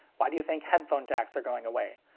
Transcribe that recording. why do you think headphone jacks are going away?